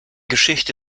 geschichte